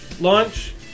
launch